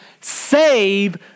save